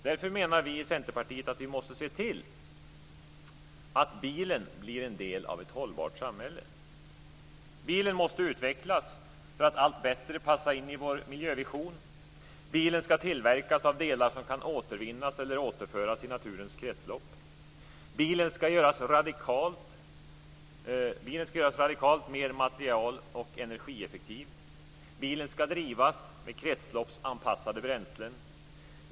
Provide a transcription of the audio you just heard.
Därför menar vi i Centerpartiet att vi måste se till att bilen blir en del av ett hållbart samhälle. Bilen måste utvecklas för att allt bättre passa in i vår miljövision. Bilen ska tillverkas av delar som kan återvinnas eller återföras till naturens kretslopp. Bilen ska göras radikalt mer material och energieffektiv. Bilen ska drivas med kretsloppsanpassade bränslen.